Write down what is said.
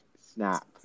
snap